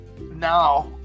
now